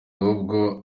ahubwo